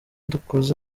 dukoze